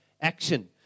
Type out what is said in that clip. action